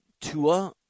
Tua